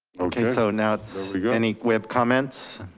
okay so now it's any web comments.